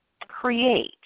create